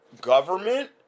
Government